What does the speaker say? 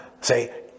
say